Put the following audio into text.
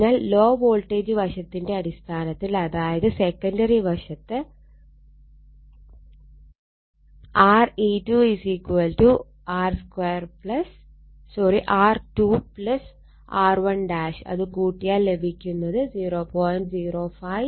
അതിനാൽ low voltage വശത്തിന്റെ അടിസ്ഥാനത്തിൽ അതായത് സെക്കണ്ടറി വശത്ത് R e2 R2 R1 അത് കൂട്ടിയാൽ ലഭിക്കുന്നത് 0